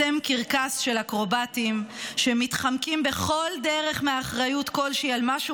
אתם קרקס של אקרובטים שמתחמקים בכל דרך מאחריות כלשהי על משהו